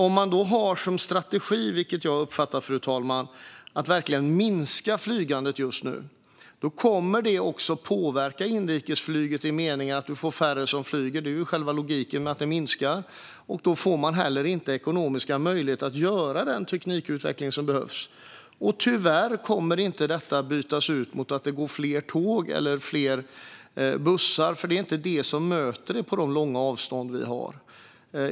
Om man då har som strategi - vilket jag uppfattar att man har, fru talman - att verkligen minska flygandet just nu kommer det att påverka också inrikesflyget i den meningen att det blir färre som flyger. Det är ju själva logiken med att minska flygandet. Då får man heller inte ekonomiska möjligheter att göra den teknikutveckling som behövs. Tyvärr kommer inte detta att bytas ut mot att det går fler tåg eller fler bussar, för det är inte det som möter oss på de långa avstånd vi har.